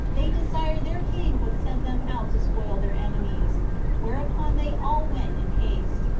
they desired their king would send them out to spoil their enemies whereupon they all went in haste,